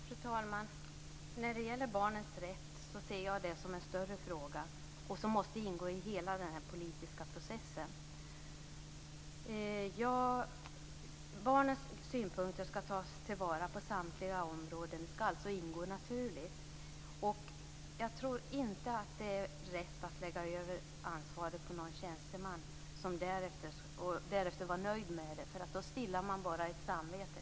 Fru talman! När det gäller barnens rätt ser jag det som en större fråga, som måste ingå i hela den politiska processen. Barnens synpunkter skall tas till vara på samtliga områden och skall alltså ingå naturligt. Jag tror inte att det är rätt att lägga över ansvaret på någon tjänsteman och därefter vara nöjd med det. Då stillar man bara sitt samvete.